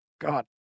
God